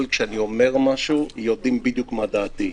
כשאני אומר משהו יודעים בדיוק מה דעתי.